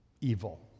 evil